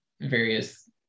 various